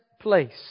place